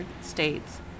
states